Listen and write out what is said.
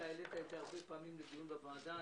אתה העלית את זה הרבה פעמים לדיון בוועדה.